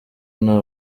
nta